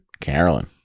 Carolyn